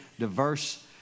diverse